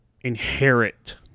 inherit